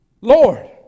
Lord